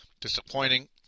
disappointing